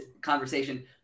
conversation